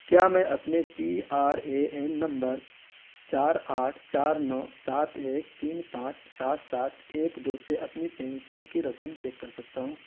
کیا میں اپنے پی آر اے این نمبر چار آٹھ چار نو سات ایک تین پانچ سات سات ایک دو سے اپنی پینشن کی رقم چیک کر سکتا ہوں